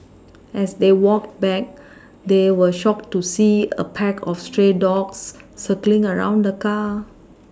as they walked back they were shocked to see a pack of stray dogs circling around the car